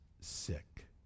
sick